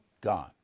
gone